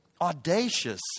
audacious